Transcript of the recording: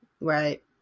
Right